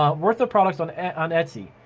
ah worth of products on on etsy.